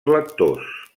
lectors